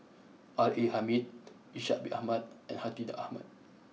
R A Hamid Ishak bin Ahmad and Hartinah Ahmad